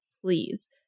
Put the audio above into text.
please